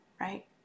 right